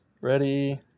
ready